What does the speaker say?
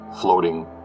floating